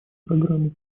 программы